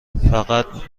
فقط